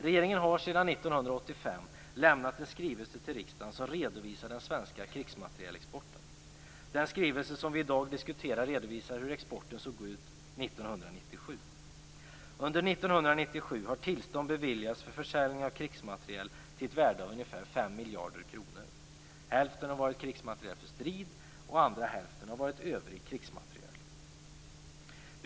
Regeringen lämnar sedan 1985 en skrivelse till riksdagen som redovisar den svenska krigsmaterielexporten. Den skrivelse som vi i dag diskuterar redovisar hur exporten såg ut 1997. Under 1997 har tillstånd beviljats för försäljning av krigsmateriel till ett värde av ungefär 5 miljarder kronor. Hälften har varit krigsmateriel för strid, andra hälften övrig krigsmateriel.